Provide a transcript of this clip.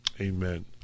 Amen